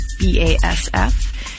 BASF